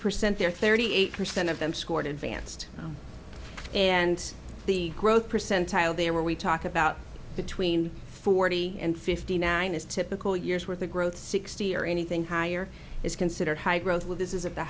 percent there thirty eight percent of them scored advanced and the growth percentile there we talk about between forty and fifty nine is typical years where the growth sixty or anything higher is considered high growth with this is